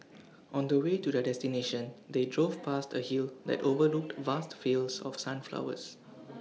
on the way to their destination they drove past A hill that overlooked vast fields of sunflowers